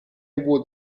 would